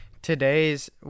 today's